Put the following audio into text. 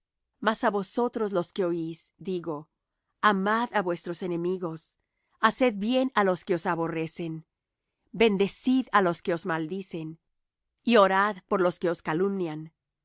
mas á vosotros los que oís digo amad á vuestros enemigos haced bien á los que os aborrecen bendecid á los que os maldicen y orad por los que os calumnian